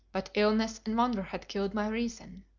but illness and wonder had killed my reason.